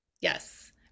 yes